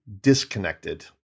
disconnected